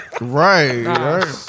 right